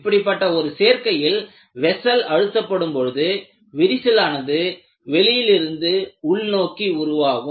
இப்படிப்பட்ட ஒரு சேர்க்கையில் வெஸ்ஸல் அழுத்தப்படும் பொழுது விரிசலானது வெளியில் இருந்து உள்நோக்கி உருவாகும்